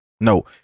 no